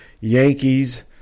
Yankees